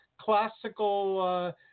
classical